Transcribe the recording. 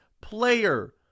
player